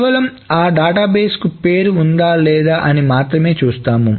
కేవలం ఆ డేటాబేస్ కు పేరు ఉందా లేదా అని మాత్రమే చూస్తాము